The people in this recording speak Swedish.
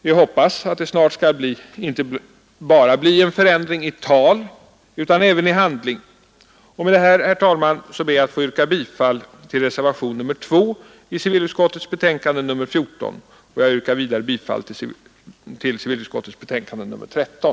Vi hoppas att det snart skall bli inte bara en förändring i tal utan även i handling. Med detta, herr talman, ber jag att få yrka bifall till reservationen 2 i civilutskottets betänkande nr 14. Jag yrkar vidare bifall till civilutskottets betänkande nr 13.